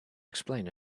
explain